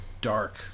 dark